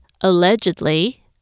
allegedly